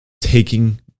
taking